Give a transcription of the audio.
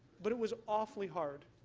but it was awfully hard.